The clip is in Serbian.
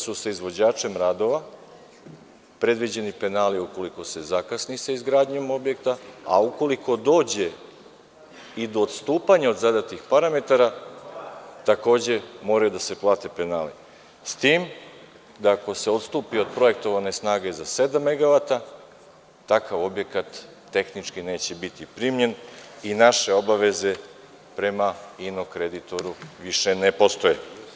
Sa izvođačem radova su zbog toga predviđeni penali ukoliko se zakasni sa izgradnjom objekta, a ukoliko dođe i do odstupanja od zadatih parametara, takođe moraju da se plate penali, s tim da ako se odstupi od projektovane snage za sedam megavata, takav objekat tehnički neće biti primljen i naše obaveze prema inokreditoru više ne postoje.